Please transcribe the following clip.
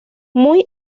muy